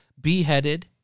beheaded